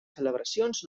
celebracions